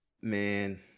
man